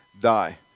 die